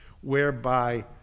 whereby